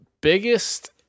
biggest